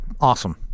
awesome